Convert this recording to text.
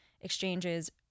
exchanges